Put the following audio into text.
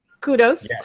Kudos